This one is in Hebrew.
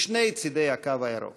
משני צדי הקו הירוק.